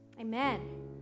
amen